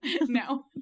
No